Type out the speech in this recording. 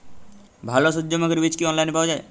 ভালো সূর্যমুখির বীজ কি অনলাইনে পাওয়া যায়?